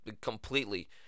completely